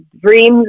dreams